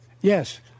Yes